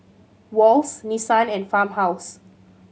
Wall's Nissan and Farmhouse